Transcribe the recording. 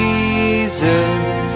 Jesus